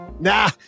Nah